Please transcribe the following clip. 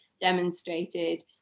demonstrated